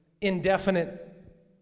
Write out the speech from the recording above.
indefinite